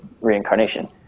reincarnation